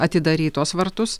atidaryt tuos vartus